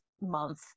month